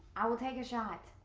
i will take a shot.